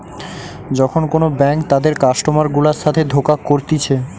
যখন কোন ব্যাঙ্ক তাদের কাস্টমার গুলার সাথে ধোকা করতিছে